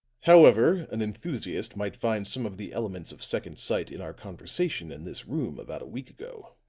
however, an enthusiast might find some of the elements of second sight in our conversation in this room about a week ago.